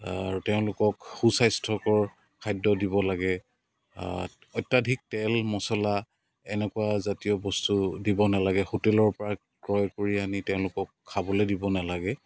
তেওঁলোকক সুস্বাস্থ্যকৰ খাদ্য দিব লাগে অত্যাধিক তেল মছলা এনেকুৱা জাতীয় বস্তু দিব নালাগে হোটেলৰ পৰা ক্ৰয় কৰি আনি তেওঁলোকক খাবলৈ দিব নালাগে